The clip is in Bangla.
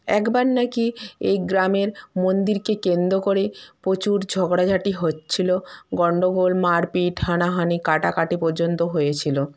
একবার না কি এই গ্রামের মন্দিরকে কেন্দ্র করে প্রচুর ঝগড়া ঝাটি হচ্ছিল গণ্ডগোল মারপিট হানাহানি কাটাকাটি পর্যন্ত হয়েছিলো